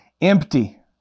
empty